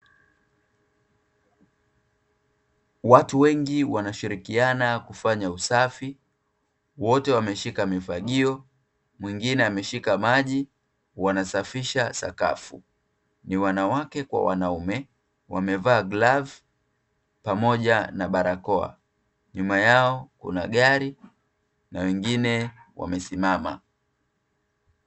Watu wengi wanashirikiana kufanya usafi, wote wameshika mifagio, mwingine ameshika maji; wanasafisha sakafu. Ni wanawake kwa wanaume, wamevaa glavu pamoja na barakoa. Nyuma yao kuna gari na wengine wamesimama.